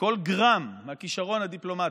כל גרם מהכישרון הדיפלומטי,